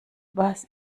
was